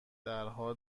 درها